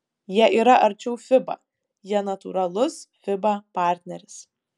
jie yra arčiau fiba jie natūralus fiba partneris